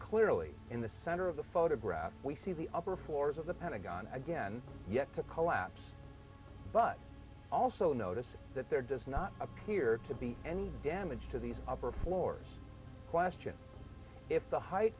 clearly in the center of the photograph we see the upper floors of the pentagon again yet to collapse but also notice that there does not appear to be any damage to these upper floors question if the height